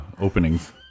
openings